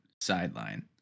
sideline